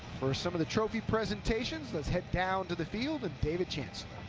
for some of the trophy presentations, let's head down to the field and david chancellor.